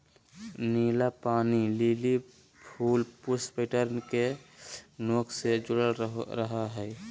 नीला पानी लिली फूल पुष्प पैटर्न के नोक से जुडल रहा हइ